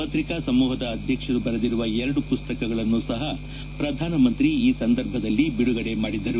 ಪತ್ರಿಕಾ ಸಮೂಹದ ಅಧ್ಯಕ್ಷರು ಬರೆದಿರುವ ಎರಡು ಮಸ್ತಕಗಳನ್ನು ಸಪ ಪ್ರಧಾನಮಂತ್ರಿ ಈ ಸಂದರ್ಭದಲ್ಲಿ ಬಿಡುಗಡೆ ಮಾಡಿದರು